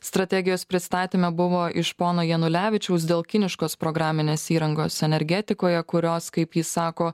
strategijos pristatyme buvo iš pono janulevičiaus dėl kiniškos programinės įrangos energetikoje kurios kaip jis sako